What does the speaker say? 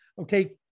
okay